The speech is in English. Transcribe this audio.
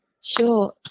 sure